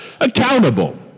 accountable